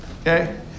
okay